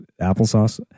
Applesauce